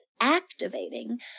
activating